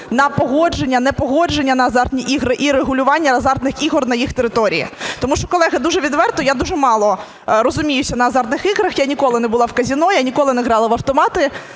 на погодження (непогодження) на азартні ігри і регулювання азартних ігор на їх території. Тому що, колеги, дуже відверто, я дуже мало розуміюся на азартних іграх. Я ніколи не була в казино, я ніколи не грала в автомати,